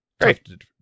Great